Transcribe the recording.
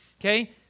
Okay